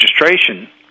registration